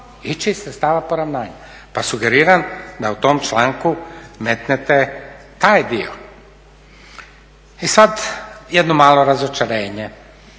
iz sredstava poravnanja. Pa sugeriram da u tom članku metnete taj dio. E sada jedno malo razočarenje,